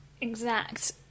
exact